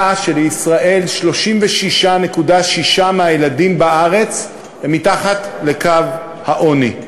שבישראל 36.6% מהילדים הם מתחת לקו העוני,